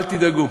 אל תדאגו,